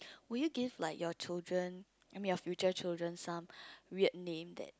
will you give like your children I mean your future children some weird name that